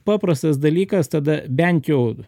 paprastas dalykas tada bent jau